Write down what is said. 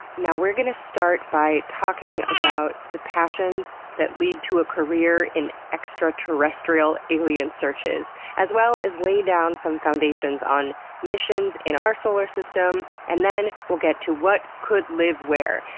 now, we're going to start by talking about the passions that lead to a career in extraterrestrial alien searches, as well as lay down some foundations on missions in our solar system, and then we'll get to what could live where.